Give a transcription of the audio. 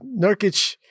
Nurkic